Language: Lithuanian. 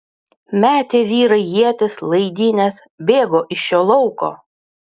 metė vyrai ietis laidynes bėgo iš šio lauko